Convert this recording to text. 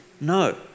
No